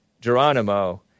Geronimo